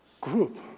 group